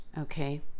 Okay